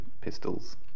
pistols